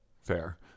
Fair